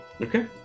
Okay